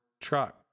truck